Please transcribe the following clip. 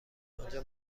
آنجا